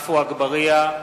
(קורא בשמות חברי הכנסת) עפו אגבאריה,